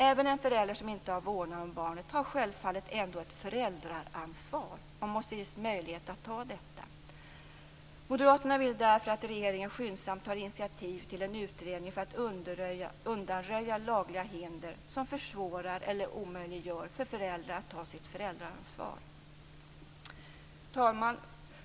Även en förälder som inte har vårdnaden om barnet har självfallet ändå ett föräldraansvar och måste ges möjlighet att ta detta. Moderaterna vill därför att regeringen skyndsamt tar initiativ till en utredning för att undanröja lagliga hinder som försvårar eller omöjliggör för föräldrar att ta sitt föräldraansvar. Fru talman!